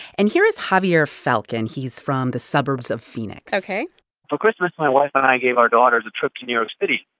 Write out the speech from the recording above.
and here is having javier falcon. he's from the suburbs of phoenix ok for christmas, my wife and i gave our daughters a trip to new york city.